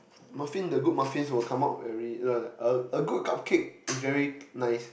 muffin the good muffin will come out very a a good cupcake is very nice